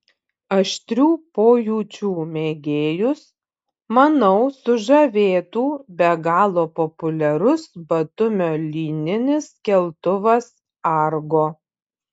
aštrių pojūčių mėgėjus manau sužavėtų be galo populiarus batumio lyninis keltuvas argo